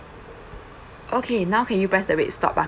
okay now can you press the red stop button